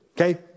Okay